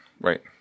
right